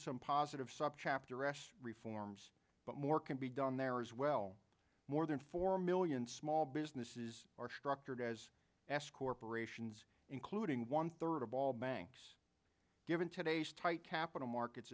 some positive subchapter s reforms but more can be done there as well more than four million small businesses are structured as s corporations including one third of all banks given today's tight capital markets